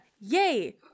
Yay